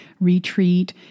retreat